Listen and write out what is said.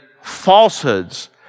falsehoods